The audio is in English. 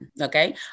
okay